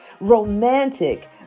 Romantic